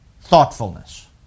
Thoughtfulness